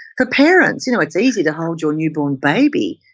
for parents, you know it's easy to hold your newborn baby,